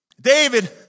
David